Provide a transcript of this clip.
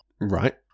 right